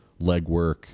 legwork